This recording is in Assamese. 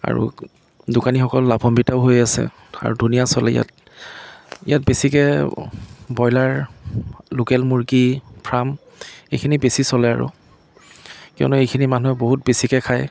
আৰু দোকানীসকল লাভন্বিত হৈ আছে আৰু ধুনীয়া চলে ইয়াত ইয়াত বেছিকৈ ব্ৰয়লাৰ লোকেল মূৰ্গী ফাৰ্ম এইখিনি বেছি চলে আৰু কিয়নো এইখিনি মানুহে বহুত বেছিকৈ খায়